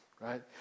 right